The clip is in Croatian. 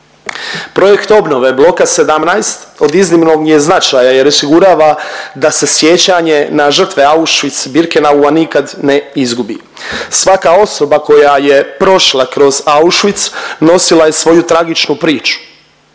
Projekt obnove bloka 17 od iznimnog je značaja jer osigurava da se sjećanje na žrtve Auschwitz-Birkenaua nikad ne izgubi. Svaka osoba koja je prošla kroz Auschwitz nosila je svoju tragičnu priču,